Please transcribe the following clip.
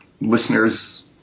listeners